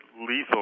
lethal